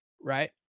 Right